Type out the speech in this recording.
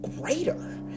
greater